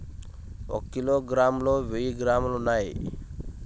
ఒక కిలోగ్రామ్ లో వెయ్యి గ్రాములు ఉన్నాయి